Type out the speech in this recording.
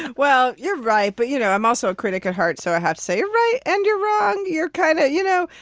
and well, you're right, but, you know, i'm also a critic at heart, so i have to say, you're right and you're wrong. you're kind of you know,